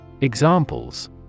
Examples